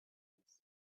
eyes